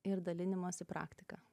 ir dalinimosi praktika